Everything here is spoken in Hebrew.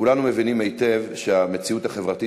כולנו מבינים היטב שהמציאות החברתית